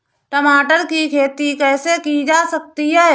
टमाटर की खेती कैसे की जा सकती है?